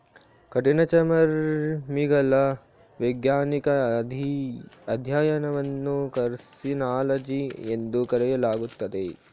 ಕಠಿಣಚರ್ಮಿಗಳ ವೈಜ್ಞಾನಿಕ ಅಧ್ಯಯನವನ್ನು ಕಾರ್ಸಿನಾಲಜಿ ಎಂದು ಕರೆಯಲಾಗುತ್ತದೆ